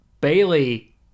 Bailey